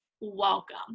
welcome